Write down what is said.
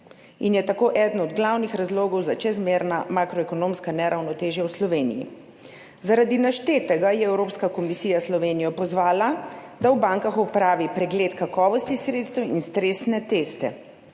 in je tako eden od glavnih razlogov za čezmerna makroekonomska neravnotežja v Sloveniji. Zaradi naštetega je Evropska komisija Slovenijo pozvala, da v bankah opravi pregled kakovosti sredstev in stresne teste.